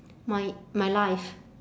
my my life